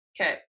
Okay